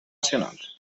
nacionals